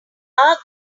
our